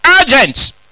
urgent